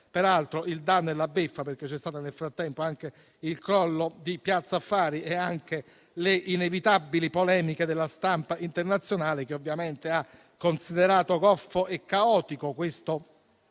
Peraltro, il danno e la beffa, perché c'è stato, nel frattempo, anche il crollo di Piazza Affari, con le inevitabili polemiche della stampa internazionale, che ovviamente ha considerato goffo e caotico questo